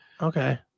okay